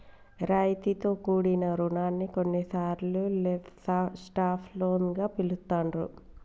రాయితీతో కూడిన రుణాన్ని కొన్నిసార్లు సాఫ్ట్ లోన్ గా పిలుత్తాండ్రు